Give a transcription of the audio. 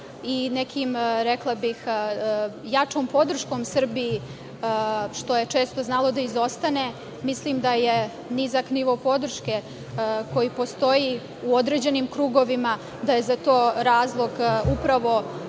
retorike i jačom podrškom Srbiji, što je često znalo da izostane. Mislim da je nizak nivo podrške koji postoji, u određenim krugovima, da je za to razlog upravo